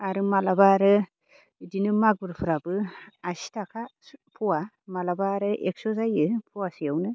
आरो माब्लाबा आरो बिदिनो मागुरफोराबो आसि थाखा पवा माब्लाबा आरो एकस' जायो पवासेयावनो